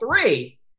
three